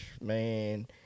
man